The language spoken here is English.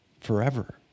forever